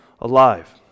alive